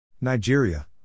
Nigeria